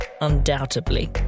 undoubtedly